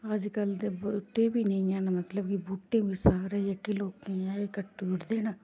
अज्जकल ते बूह्टे बी नेईं हैन मतलब कि बूह्टे बी साढ़ै जेह्के लोकें एह् कट्टू ओड़े दे न